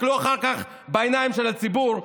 תסתכלו אחר כך בעיניים של הציבור,